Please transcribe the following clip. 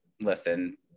listen